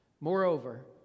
Moreover